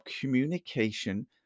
communication